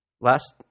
last